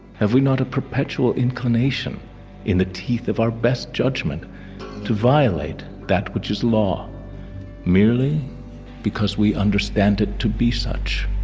have we not a perpetual inclination in the teeth of our best judgment to violate that which is law merely because we understand it to be such